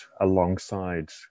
alongside